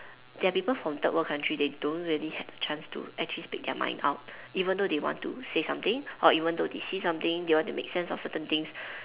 there are people from third world countries they don't really have a chance to actually speak their mind out even though they want to say something or even though they see something they want to make sense of certain things